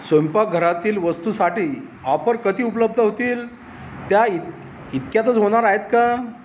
स्वयंपाकघरातील वस्तूसाठी ऑपर कधी उपलब्ध होतील त्या इत् इतक्यातच होणार आहेत का